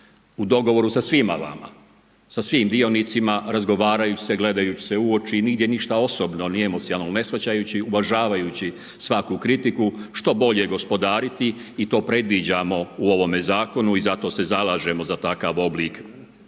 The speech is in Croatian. u dogovoru sa svima vama, sa svim dionicima razgovara se gledajući se u oči, nigdje ništa osobno ni emocionalno ne shvaćajući uvažavajući svaku kritiku, što bolje gospodariti i to predviđamo u ovome Zakonu i zato se zalažemo za takav oblik